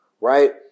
right